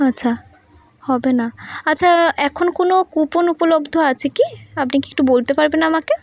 আচ্ছা হবে না আচ্ছা এখন কোনো কুপন উপলব্ধ আছে কি আপনি কি একটু বলতে পারবেন আমাকে